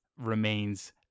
remains